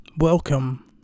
welcome